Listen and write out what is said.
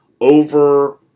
over